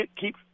keep